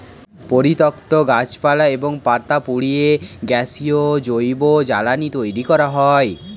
পরিত্যক্ত গাছপালা এবং পাতা পুড়িয়ে গ্যাসীয় জৈব জ্বালানি তৈরি করা হয়